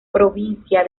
provincia